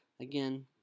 again